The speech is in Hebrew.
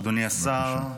אדוני השר,